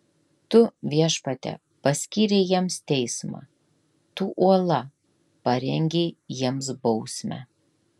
tu viešpatie paskyrei jiems teismą tu uola parengei jiems bausmę